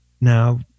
now